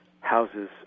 houses